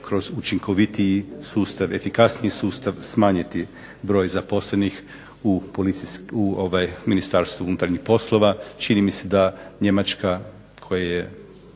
kroz učinkovitiji sustav, efikasniji sustav smanjiti broj zaposlenih u Ministarstvu unutarnjih poslova. Čini mi se da Njemačka koja je